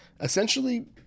essentially